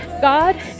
God